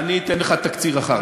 אני אתן לך תקציר אחר כך.